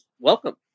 welcome